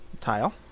Tile